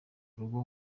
urugo